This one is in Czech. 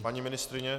Paní ministryně?